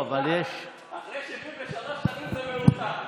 אחרי 73 שנים זה לא מוקדם.